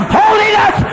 holiness